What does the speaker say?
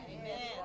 Amen